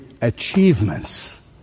achievements